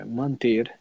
manter